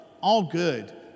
all-good